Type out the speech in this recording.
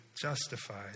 justified